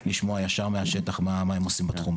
לשמוע ישר מהשטח מה הם עושים בתחום,